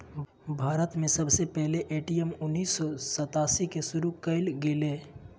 भारत में सबसे पहले ए.टी.एम उन्नीस सौ सतासी के शुरू कइल गेलय